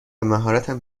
مهارتم